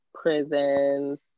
Prisons